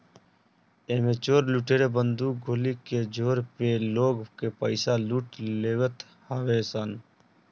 एमे चोर लुटेरा बंदूक गोली के जोर पे लोग के पईसा लूट लेवत हवे सन